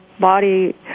body